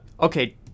Okay